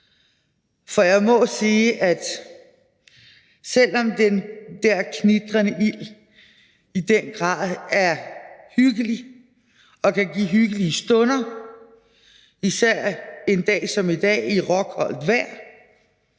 for jeg må sige, at selv om den der knitrende ild i den grad er hyggelig og kan give hyggelige stunder, især en dag som i dag med råkoldt vejr,